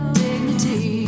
dignity